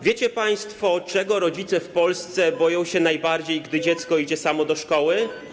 Wiecie państwo, czego rodzice w Polsce boją się najbardziej, gdy dziecko idzie samo do szkoły?